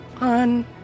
on